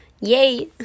Yay